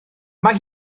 mae